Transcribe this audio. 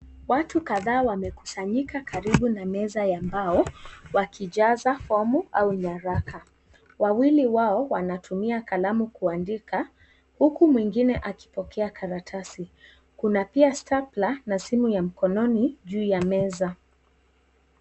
Watu kadhaaa wamekusanyika karibu na meza ya mbao wakijaza fomu au nyaraka . Wawili wao wanatumia kalamu kuandika huku mwengine wakipokea karatasi kuna pia stapla na simu ya mkononi juu ya meza.